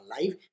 life